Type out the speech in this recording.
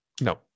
No